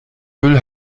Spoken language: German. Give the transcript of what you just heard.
müll